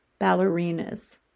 ballerinas